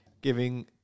giving